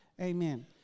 Amen